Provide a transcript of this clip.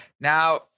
Now